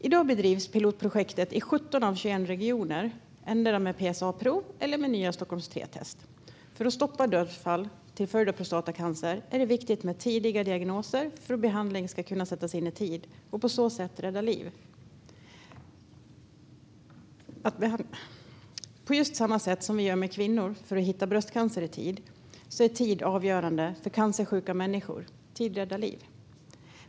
I dag bedrivs pilotprojektet i 17 av 21 regioner endera med PSA-prov eller nya Stockholm3-test. För att stoppa dödsfall till följd av prostatacancer är det viktigt med tidiga diagnoser för att behandling ska kunna sättas in i tid och på så sätt rädda liv. På samma sätt som vi gör med kvinnor för att hitta bröstcancer i tid är tid avgörande för cancersjuka människor. Tid räddar liv.